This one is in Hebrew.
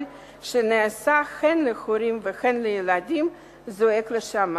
שנעשה הן להורים והן לילדים זועק לשמים.